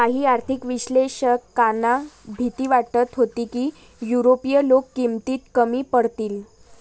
काही आर्थिक विश्लेषकांना भीती वाटत होती की युरोपीय लोक किमतीत कमी पडतील